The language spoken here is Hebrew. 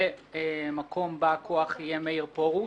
ממלא-מקום בא-הכוח יהיה מאיר פרוש.